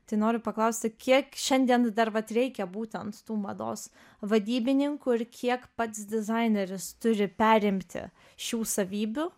tai noriu paklausti kiek šiandien dar vat reikia būtent tų mados vadybininkų ir kiek pats dizaineris turi perimti šių savybių